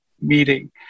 meeting